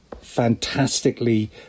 fantastically